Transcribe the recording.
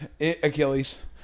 Achilles